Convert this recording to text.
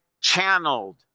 channeled